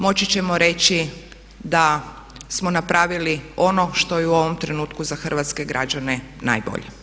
Moći ćemo reći da smo napravili ono što je u ovom trenutku za hrvatske građane najbolje.